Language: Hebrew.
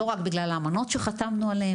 לא בגלל האמנות שחתמנו עליהם,